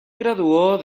graduó